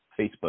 Facebook